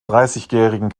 dreißigjährigen